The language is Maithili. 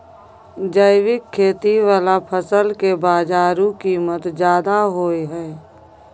जैविक खेती वाला फसल के बाजारू कीमत ज्यादा होय हय